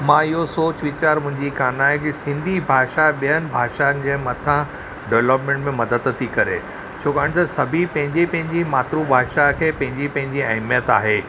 मां इहो सोच विचार मुंहिंजी कोन्ह आहे की सिंधी भाषा ॿिनि भाषाइनि जे मथां डेवलपमेंट में मदद थी करे छाकाणि सभु ई पंहिंजी पंहिंजी मातृभाषा खे पंहिंजी पंहिंजी अहमियतु आहे